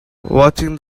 watching